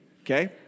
okay